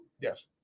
Yes